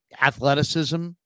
athleticism